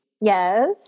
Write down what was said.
Yes